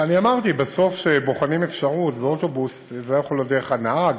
אמרתי בסוף שבוחנים אפשרות באוטובוס זה לא יכול להיות דרך הנהג,